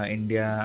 India